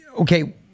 okay